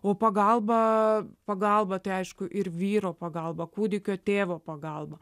o pagalba pagalba tai aišku ir vyro pagalba kūdikio tėvo pagalba